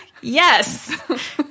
Yes